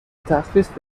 تخفیف